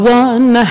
one